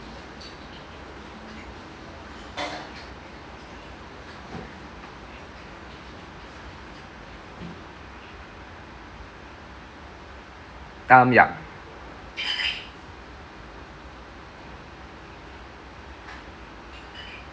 um yup